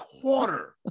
quarter